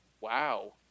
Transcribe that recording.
Wow